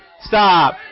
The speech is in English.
stop